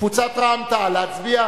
קבוצת רע"ם-תע"ל, להצביע?